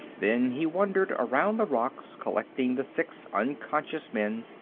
then he wandered around the rocks, collecting the six unconscious men,